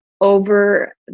over